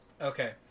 Okay